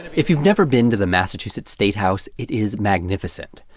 if you've never been to the massachusetts statehouse, it is magnificent.